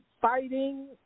fighting